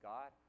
God